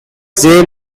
jay